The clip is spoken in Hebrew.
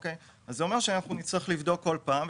אבל זה אומר שנצטרך לבדוק כל פעם.